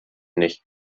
nicht